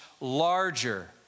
larger